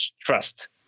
trust